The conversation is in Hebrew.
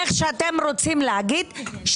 איך שאתם רוצים להגיד,